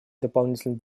дополнительный